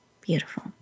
Beautiful